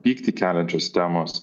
pyktį keliančios temos